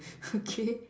okay